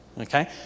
okay